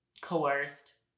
coerced